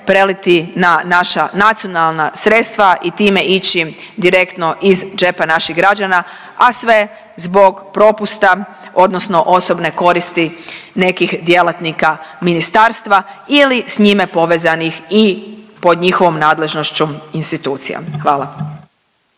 na naša nacionalna sredstva i time ići direktno iz džepa naših građana, a sve zbog propusta odnosno osobne koristi nekih djelatnika ministarstva ili s njime povezanih i pod njihovom nadležnošću institucija. Hvala.